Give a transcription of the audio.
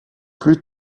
plus